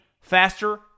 faster